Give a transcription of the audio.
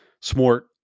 Smart